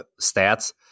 stats